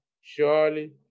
Surely